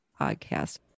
podcast